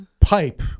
pipe